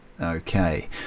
Okay